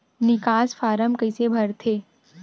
निकास फारम कइसे भरथे?